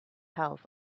health